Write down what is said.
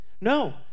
No